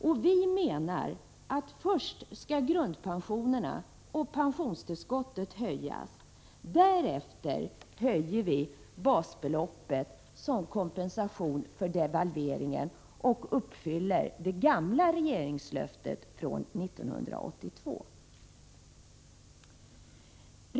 Enligt vår mening skall grundpensionerna och pensionstillskottet höjas först, och därefter bör basbeloppet höjas som kompensation för devalveringen, varigenom det gamla regeringslöftet från 1982 uppfylls.